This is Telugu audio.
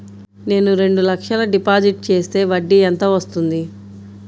నేను రెండు లక్షల డిపాజిట్ చేస్తే వడ్డీ ఎంత వస్తుంది?